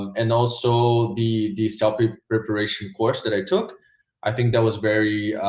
and also the this topic preparation course that i took i think that was very,